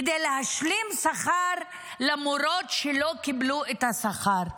כדי להשלים שכר למורות שלא קיבלו את השכר.